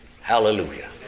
Hallelujah